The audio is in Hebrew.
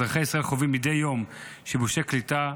אזרחי ישראל חווים מדי יום שיבושי קליטה,